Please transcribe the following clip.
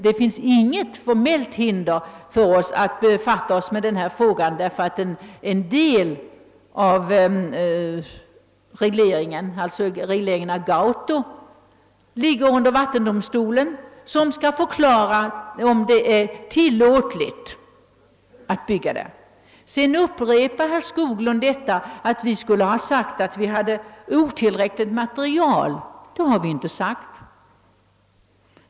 Det finns inget formellt hinder för oss att befatta oss med frågan på grund av att en del av regleringen i komplexet, regleringen av Gauto, är underställd vattendomstolen, som har att pröva tillåtligheten av utbyggnad. Sedan upprepar herr Skoglund, att vi skulle ha sagt att vi har otillräckligt material. Det har vi inte sagt.